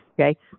okay